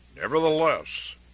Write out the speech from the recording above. Nevertheless